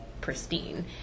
pristine